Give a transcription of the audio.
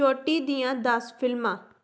ਚੋਟੀ ਦੀਆਂ ਦਸ ਫਿਲਮਾਂ